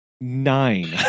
Nine